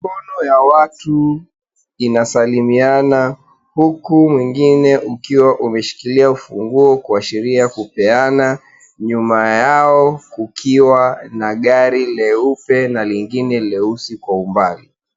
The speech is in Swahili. Mikono ya watu inasalimiana huku mwingine ukiwa umeshikilia ufunguo kuashiria kupeana nyuma yao kukiwa na gari leupe na lingine leusi kwa umbali.